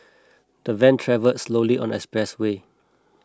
the van travelled slowly on the expressway